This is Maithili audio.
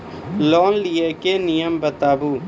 लोन लेबे के नियम बताबू?